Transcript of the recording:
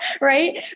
Right